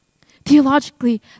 Theologically